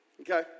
Okay